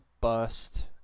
bust